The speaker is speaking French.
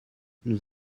nous